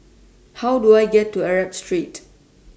How Do I get to Arab Street